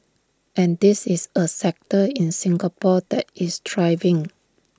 and this is A sector in Singapore that is thriving